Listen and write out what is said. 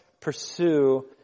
pursue